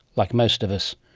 like most of us.